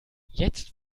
jetzt